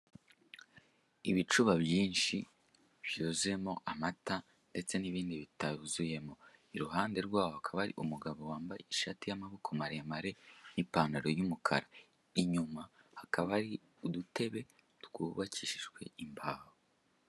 Ibicuba byinshi byuzuyemo amata ndetse n'ibindi bituzuyemo; iruhande rwaho hakaba hari umugabo wambaye ishati y'amaboko maremare n'ipantaro y'umukara; inyuma hakaba hari udutebe twubakishijwe imbaho.